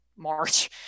march